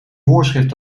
voorschrift